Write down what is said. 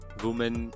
women